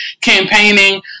campaigning